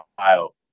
Ohio